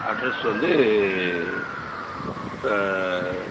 address வந்து